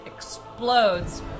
explodes